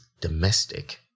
domestic